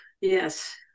Yes